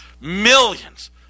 millions